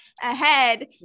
ahead